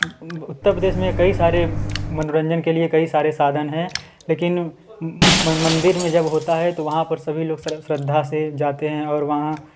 उत्तर प्रदेश में कई सारे मनोरंजन के लिए कई सारे साधन हैं लेकिन मन मंदिर में जब होता हैं तो वहाँ पर सभी लोग श्रद्धा से जाते हैं और वहाँ